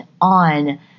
on